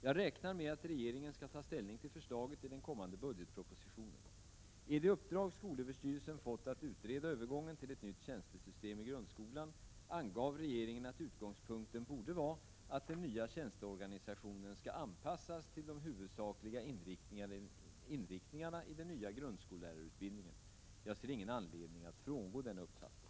Jag räknar med att regeringen skall ta ställning till förslaget i den kommande budgetpropositionen. I det uppdrag skolöverstyrelsen fått, att utreda övergången till ett nytt tjänstesystem i grundskolan, angav regeringen att utgångspunkten borde vara att den nya tjänsteorganisationen skall anpassas till de huvudsakliga inriktningarna i den nya grundskollärarutbildningen. Jag ser ingen anledning att frångå denna uppfattning.